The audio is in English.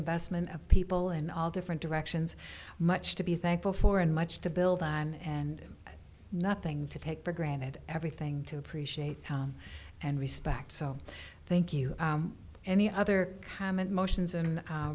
investment of people in all different directions much to be thankful for and much to build on and nothing to take for granted everything to appreciate and respect so thank you any other time and motions